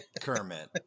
Kermit